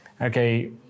okay